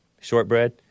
shortbread